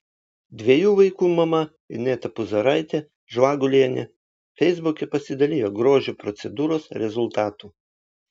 dviejų vaikų mama ineta puzaraitė žvagulienė feisbuke pasidalijo grožio procedūros rezultatu